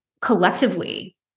collectively